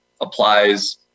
applies